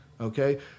okay